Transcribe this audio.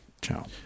Ciao